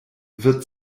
wird